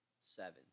seven